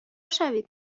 شوید